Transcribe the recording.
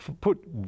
Put